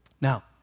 Now